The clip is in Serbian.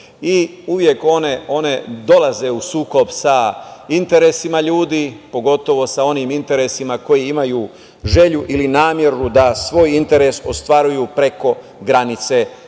dozvole. Uvek one dolaze u sukob sa interesima ljudi, pogotovo sa onim interesima koji imaju želju ili nameru da svoj interes ostvaruju preko granice zakona.